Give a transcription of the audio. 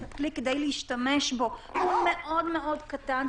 הכלי כדי להשתמש בו הוא מאוד מאוד קטן,